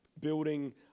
building